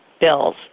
bills